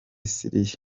syria